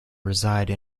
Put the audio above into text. reside